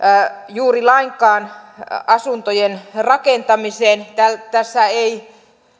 juuri lainkaan asuntojen rakentamiseen tästä ei